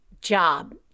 job